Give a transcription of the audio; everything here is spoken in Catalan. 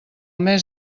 mes